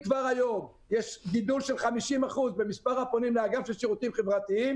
כבר היום יש גידול של 50% במספר הפונים לאגף של שירותים חברתיים.